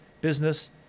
business